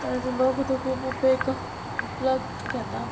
ताजो लोक हितू खूब उपेग उपलब्ध घेता